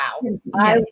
Wow